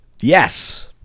Yes